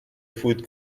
فوت